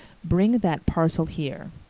bring that parcel here.